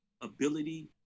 ability